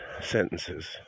sentences